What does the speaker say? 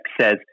says